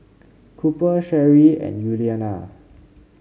Cooper Sheri and Yuliana